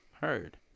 Heard